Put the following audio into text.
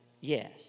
Yes